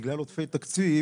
בגלל עודפי תקציב,